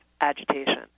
agitation